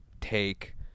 Take